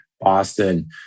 Boston